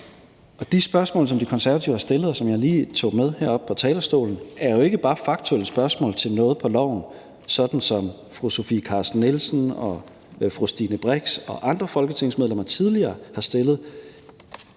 Og de spørgsmål, som De Konservative har stillet, og som jeg lige tog med herop på talerstolen, er jo ikke bare faktuelle spørgsmål til noget på loven, sådan som fru Sofie Carsten Nielsen og fru Stine Brix og andre folketingsmedlemmer tidligere har stillet.